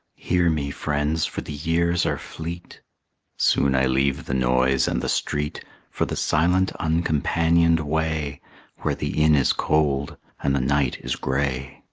hear me, friends, for the years are fleet soon i leave the noise and the street for the silent uncompanioned way where the inn is cold and the night is gray.